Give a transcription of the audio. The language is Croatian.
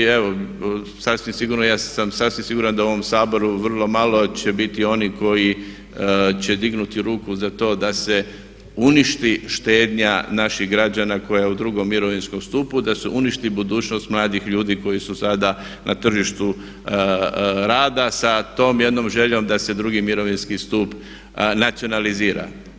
I evo sasvim sigurno, ja sam sasvim siguran da u ovom Saboru vrlo malo će biti onih koji će dignuti ruku za to da se uništi štednja naših građana koja je u drugom mirovinskom stupu, da se uništi budućnost mladih ljudi koji su sada na tržištu rada sa tom jednom željom da se drugi mirovinski stup nacionalizira.